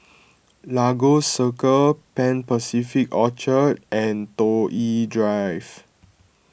Lagos Circle Pan Pacific Orchard and Toh Yi Drive